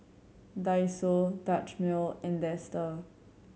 Daiso Dutch Mill and Dester